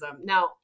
Now